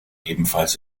ebenfalls